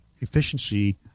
efficiency